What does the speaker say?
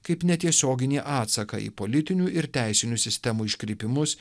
kaip netiesioginį atsaką į politinių ir teisinių sistemų iškrypimus